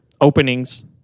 openings